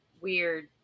weird